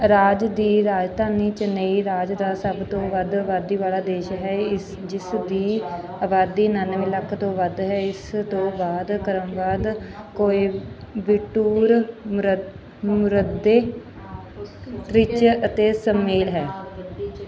ਰਾਜ ਦੀ ਰਾਜਧਾਨੀ ਚੇਨਈ ਰਾਜ ਦਾ ਸਭ ਤੋਂ ਵੱਧ ਆਬਾਦੀ ਵਾਲਾ ਦੇਸ਼ ਹੈ ਇਸ ਜਿਸ ਦੀ ਆਬਾਦੀ ਉਣਾਨਵੇਂ ਲੱਖ ਤੋਂ ਵੱਧ ਹੈ ਇਸ ਤੋਂ ਬਾਅਦ ਕ੍ਰਮਵਾਰ ਕੋਇੰਬਟੂਰ ਮਰ ਮਰੱਦੇ ਤ੍ਰਿਚ ਅਤੇ ਸਮੇਲ ਹੈ